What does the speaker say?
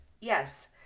Yes